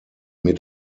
mit